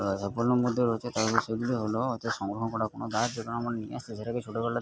মধ্যে রয়েছে সেগুলি হল অর্থাৎ সংগ্রহ করা কোন গাছ যেগুলি আমরা নিয়ে এসছি সেটাকে ছোটোবেলা